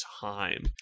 time